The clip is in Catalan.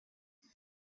pis